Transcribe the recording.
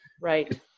right